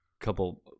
couple